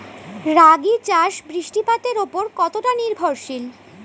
রাগী চাষ বৃষ্টিপাতের ওপর কতটা নির্ভরশীল?